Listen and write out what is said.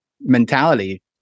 mentality